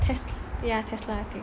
ya tesla I think